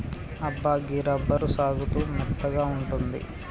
అబ్బా గీ రబ్బరు సాగుతూ మెత్తగా ఉంటుంది